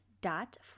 dot